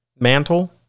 mantle